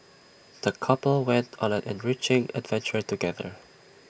the couple went on an enriching adventure together